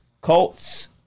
Colts